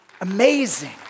Amazing